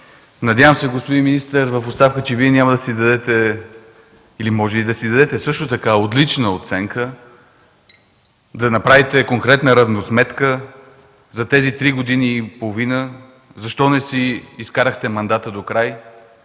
Надявам се, господин министър в оставка, че Вие няма да си дадете, или може би ще си дадете също така отлична оценка и да направите конкретна равносметка за тези три години и половина – защо не си изкарахте мандата докрай,